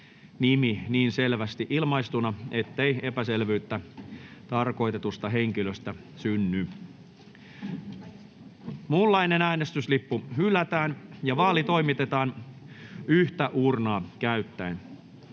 nimi niin selvästi ilmaistuna, ettei epäselvyyttä tarkoitetusta henkilöstä synny. Muunlainen äänestyslippu hylätään. Vaali toimitetaan yhtä uurnaa käyttäen.